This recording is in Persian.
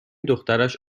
دخترش